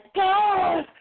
god